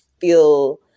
feel